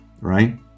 right